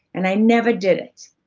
and i never did it,